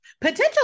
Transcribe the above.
potential